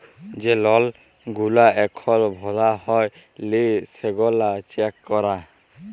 যে লল গুলা এখল ভরা হ্যয় লি সেগলা চ্যাক করা